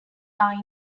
are